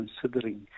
considering